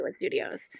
studios